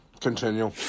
Continue